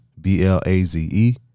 B-L-A-Z-E